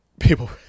people